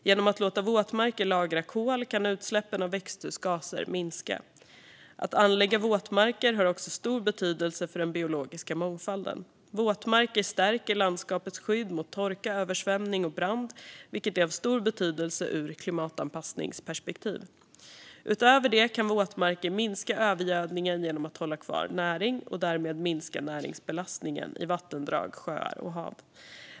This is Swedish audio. Genom att man låter våtmarker lagra kol kan utsläppen av växthusgaser minska. Att anlägga våtmarker har också stor betydelse för den biologiska mångfalden. Våtmarker stärker landskapets skydd mot torka, översvämning och brand, vilket är av stor betydelse ur klimatanpassningsperspektiv. Utöver det kan våtmarker minska övergödningen genom att hålla kvar näring och därmed minska näringsbelastningen i vattendrag, sjöar och hav.